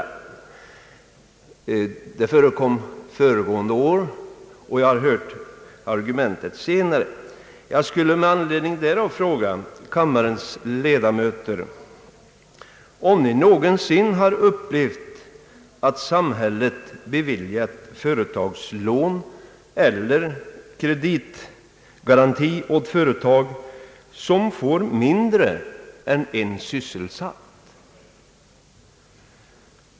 Det argumentet förekom föregående år och jag har hört det senare också. Jag skulle med anledning därav vilja fråga kammarens ledamöter om ni någonsin har upplevt att samhället beviljat företagslån eller kreditgaranti åt företag som får mindre än en sysselsatt.